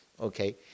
okay